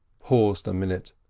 paused a minute,